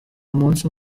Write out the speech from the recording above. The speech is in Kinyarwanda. umunsi